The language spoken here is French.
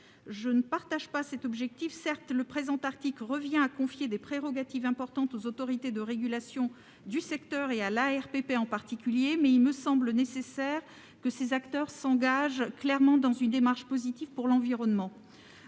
Je ne partage pas cet objectif. Certes, le présent article revient à confier des prérogatives importantes aux autorités de régulation du secteur et à l'ARPP en particulier, mais il me semble nécessaire que ces acteurs s'engagent clairement dans une démarche positive pour l'environnement.